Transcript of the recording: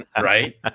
right